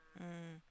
mm